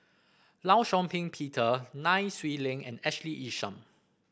Law Shau Ping Peter Nai Swee Leng and Ashley Isham